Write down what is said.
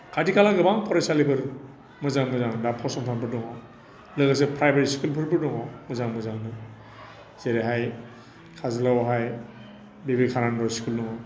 खाथि खाला गोबां फरायसालिफोर मोजां मोजां दा फसंथानफोर दङ लोगोसे प्राइभेट स्कुलफोरबो दङ मोजां मोजांनो जेरैहाय काजोलगावआवहाय बिबेकानन्द स्कुल दङ